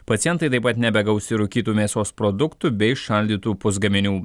pacientai taip pat nebegaus ir rūkytų mėsos produktų bei šaldytų pusgaminių